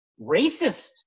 racist